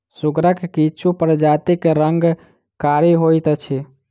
सुगरक किछु प्रजातिक रंग कारी होइत अछि